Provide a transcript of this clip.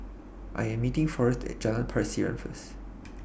I Am meeting Forest At Jalan Pasiran First